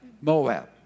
Moab